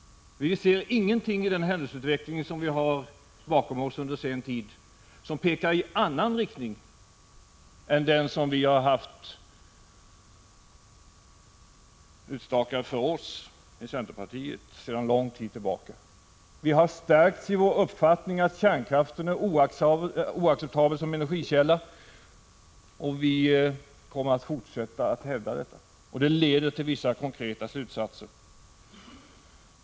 Vi ser ingenting i den senaste tidens händelseutveckling som pekar i annan riktning än den vi haft utstakad för oss i centerpartiet sedan lång tid tillbaka. Vi har stärkts i vår uppfattning att kärnkraften är oacceptabel som energikälla, och vi kommer att fortsätta att hävda detta. Det leder till vissa konkreta slutsatser.